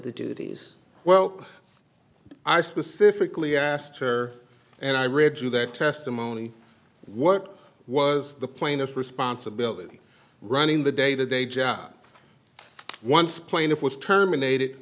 the duties well i specifically asked her and i read through that testimony what was the plaintiff's responsibility running the day today john once plaintiff was terminated